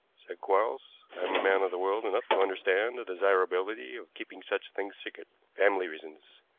said quarles. i am man of the world enough to understand the desirability of keeping such things secret. family reasons.